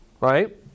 right